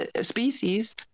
species